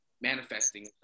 manifesting